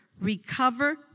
recover